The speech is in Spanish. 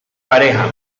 pareja